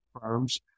firms